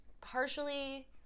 partially